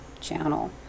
channel